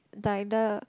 like the